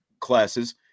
classes